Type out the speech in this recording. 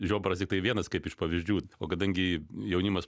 žiobaras tiktai vienas kaip iš pavyzdžių o kadangi jaunimas